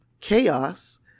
chaos